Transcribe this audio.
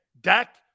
Dak